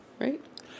Right